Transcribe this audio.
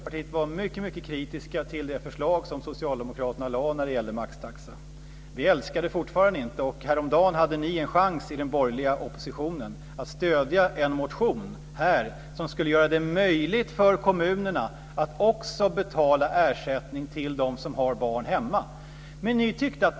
Fru talman! Jag noterar att Miljöpartiet och Centerpartiet har en gemensam ambition, nämligen att ge mer tid för föräldrar med sina barn och alltså i omvänd ordning mer tid för barnen med sina föräldrar.